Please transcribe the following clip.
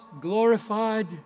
glorified